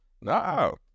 No